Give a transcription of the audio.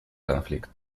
конфликт